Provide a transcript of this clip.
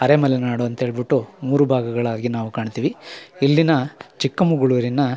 ಅರೆಮಲೆನಾಡು ಅಂತ ಹೇಳ್ಬಿಟ್ಟು ಮೂರು ಭಾಗಗಳಾಗಿ ನಾವು ಕಾಣ್ತಿವಿ ಇಲ್ಲಿನ ಚಿಕ್ಕಮಗಳೂರಿನ